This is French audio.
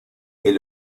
est